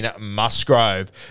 Musgrove